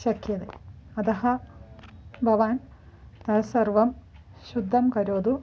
शक्यते अतः भवान् तत्सर्वं शुद्धं करोतु